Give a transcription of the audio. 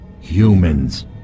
humans